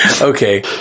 Okay